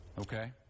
Okay